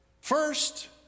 first